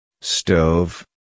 Stove